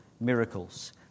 miracles